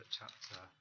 chapter